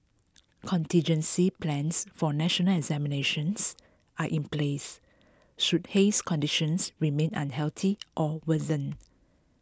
contingency plans for national examinations are in place should haze conditions remain unhealthy or worsen